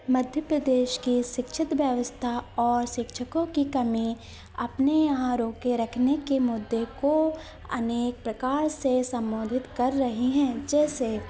मध्यप्रदेश की शिक्षित व्यवस्था और शिक्षकों की कमी अपने यहाँ रोके रखने के मुद्दे को अनेक प्रकार से सम्बोधित कर रहे हैं सिर्फ़ एक